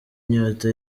inyota